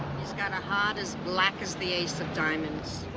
he's got a heart as black as the ace of diamonds.